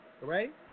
right